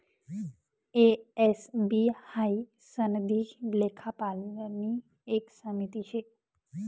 ए, S, B हाई सनदी लेखापालनी एक समिती शे